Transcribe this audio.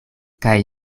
kaj